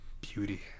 beauty